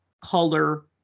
color